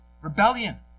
Rebellion